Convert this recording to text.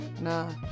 Nah